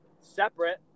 separate